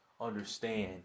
understand